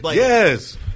Yes